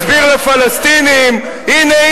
ובינתיים תיקחו את חיים רמון שיסביר לפלסטינים: הנה,